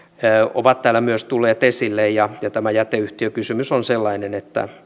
ovat täällä myös tulleet esille ja ja tämä jäteyhtiökysymys on sellainen että